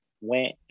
went